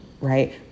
right